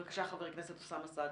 בבקשה, חבר הכנסת אוסאמה סעדי.